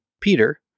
Peter